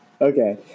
Okay